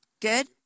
good